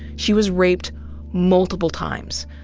she was raped multiple times,